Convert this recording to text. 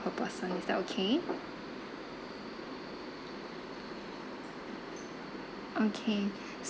per person is that okay okay